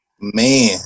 Man